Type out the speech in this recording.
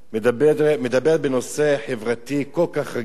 מדברת על נושא חברתי כל כך רגיש.